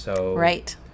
Right